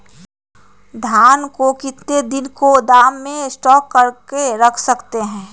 धान को कितने दिन को गोदाम में स्टॉक करके रख सकते हैँ?